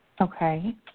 Okay